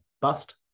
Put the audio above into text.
bust